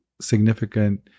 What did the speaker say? significant